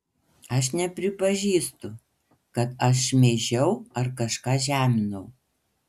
aš nepripažįstu kad aš šmeižiau ar kažką žeminau